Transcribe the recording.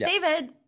David